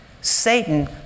Satan